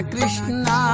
Krishna